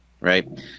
right